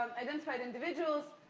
identified individuals.